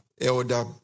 Elder